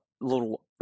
little